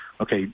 okay